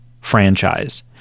franchise